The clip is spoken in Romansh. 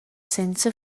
senza